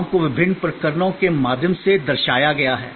सेवाओं को विभिन्न प्रकरणों के माध्यम से दर्शाया गया है